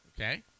okay